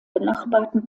benachbarten